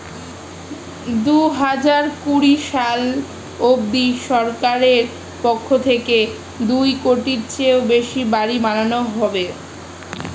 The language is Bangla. দুহাজার কুড়ি সাল অবধি সরকারের পক্ষ থেকে দুই কোটির চেয়েও বেশি বাড়ি বানানো হবে